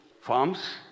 farms